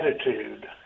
attitude